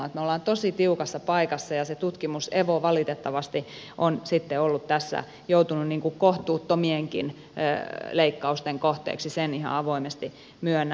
me olemme tosi tiukassa paikassa ja se tutkimus evo valitettavasti on sitten joutunut kohtuuttomienkin leikkausten kohteeksi sen ihan avoimesti myönnän